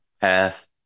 path